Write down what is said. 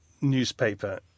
newspaper